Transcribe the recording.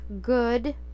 good